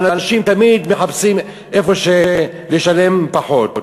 ואנשים תמיד מחפשים איפה לשלם פחות.